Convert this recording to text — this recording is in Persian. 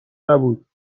نبود